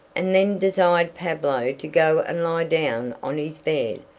and then desired pablo to go and lie down on his bed,